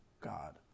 God